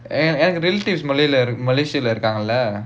and and relatives malay இரு:iru malaysia இருக்காங்களா:irukkaangalaa